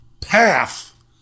path